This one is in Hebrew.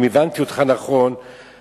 אם הבנתי אותך נכון,